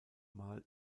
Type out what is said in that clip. mal